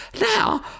now